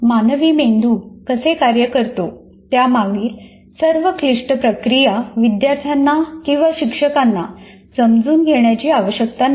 मानवी मेंदू कसे कार्य करतो त्यामागील सर्व क्लिष्ट प्रक्रिया विद्यार्थ्यांना किंवा शिक्षकांना समजून घेण्याची आवश्यकता नाही